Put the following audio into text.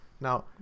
Now